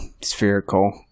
spherical